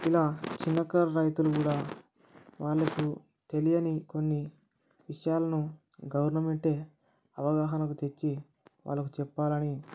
ఇలా చిన్నకారు రైతులు కూడా వాళ్లకు తెలియని కొన్ని విషయాలను గవర్నమెంట్ ఏ అవగాహనకు తెచ్చి వాళ్లకు చెప్పాలని